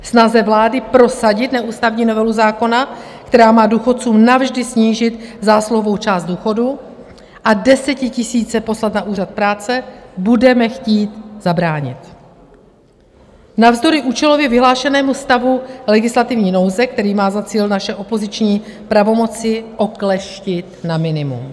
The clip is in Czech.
Snaze vlády prosadit neústavní novelu zákona, která má důchodcům navždy snížit zásluhovou část důchodů a desetitisíce poslat na úřad práce, budeme chtít zabránit navzdory účelově vyhlášenému stavu legislativní nouze, který má za cíl naše opoziční pravomoci okleštit na minimum.